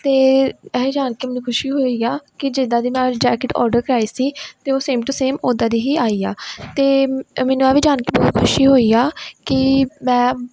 ਅਤੇ ਇਹ ਜਾਣ ਕੇ ਮੈਨੂੰ ਖੁਸ਼ੀ ਹੋਈ ਆ ਕਿ ਜਿੱਦਾਂ ਦੀ ਮੈਂ ਜੈਕਟ ਆਡਰ ਕਰਾਈ ਸੀ ਅਤੇ ਉਹ ਸੇਮ ਟੂ ਸੇਮ ਉਦਾਂ ਦੀ ਹੀ ਆਈ ਆ ਅਤੇ ਮੈਨੂੰ ਇਹ ਵੀ ਜਾਣ ਕੇ ਬਹੁਤ ਖੁਸ਼ੀ ਹੋਈ ਆ ਕਿ ਮੈਂ